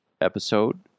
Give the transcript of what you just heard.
episode